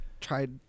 tried